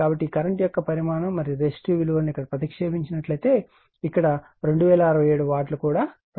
కాబట్టి ఈ కరెంట్ యొక్క పరిమాణం మరియు రెసిస్టివ్ విలువ ఈ విలువ లను ప్రతిక్షేపించినట్లయితే ఇక్కడ 2067 వాట్ కూడా 2067 వాట్ ఉంది